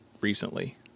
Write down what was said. recently